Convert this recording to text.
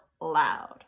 loud